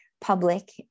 public